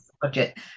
budget